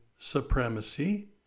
supremacy